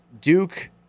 Duke